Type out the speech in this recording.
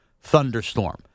thunderstorm